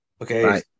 Okay